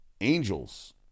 Angels